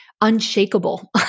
unshakable